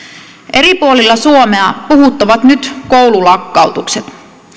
eri puolilla suomea puhuttavat nyt koululakkautukset